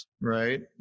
right